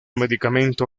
medicamento